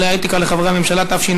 כללי האתיקה לחברי הממשלה),